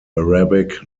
arabic